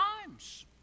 times